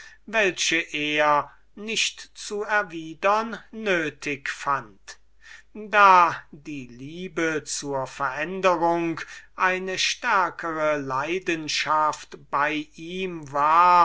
die er nicht zu erwidern nötig fand da die liebe zur veränderung eine stärkere leidenschaft bei ihm war